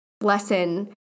lesson